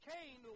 Cain